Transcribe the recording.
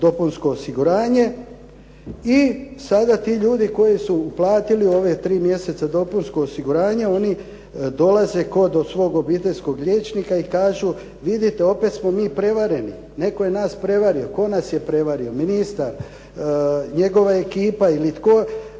i sada ti ljudi koji su uplatiti ova tri mjeseca dopunsko osiguranje oni dolaze kod svog obiteljskog liječnika i kažu, vidite opet smo mi prevareni. Netko je nas prevario. Tko nas je prevario? Ministar, njegova ekipa ili tko,